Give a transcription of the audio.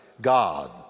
God